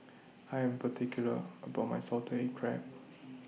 I Am particular about My Salted Egg Crab